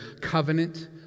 covenant